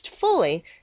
fully